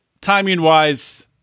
timing-wise